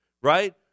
Right